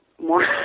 more